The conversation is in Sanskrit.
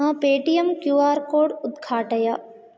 मम पेटियेम् क्यू आर् कोड् उद्घाटय